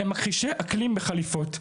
הם מכחישי אקלים בחליפות.